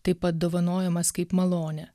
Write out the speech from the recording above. taip pat dovanojamas kaip malonė